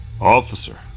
Officer